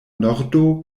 nordo